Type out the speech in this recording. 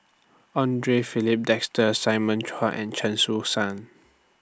Andre Filipe Desker Simon Chua and Chen Su San